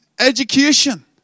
education